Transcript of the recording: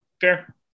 Fair